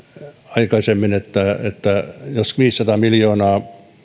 aikaisemmin että että jos tulisi viisisataa miljoonaa